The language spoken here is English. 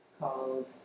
called